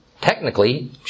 Technically